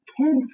Kids